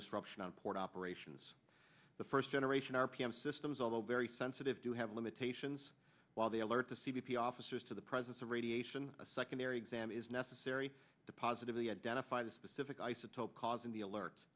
disruption on port operations the first generation r p m systems although very sensitive do have limitations while they alert the c b p officers to the presence of radiation a secondary exam is necessary to positively identify the specific isotope causing the alerts